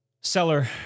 Seller